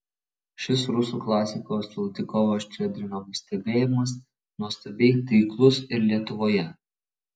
šis rusų klasiko saltykovo ščedrino pastebėjimas nuostabiai taiklus ir lietuvoje